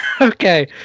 Okay